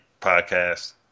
podcast